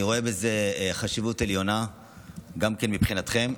אני רואה בזה חשיבות עליונה גם מבחינתכם,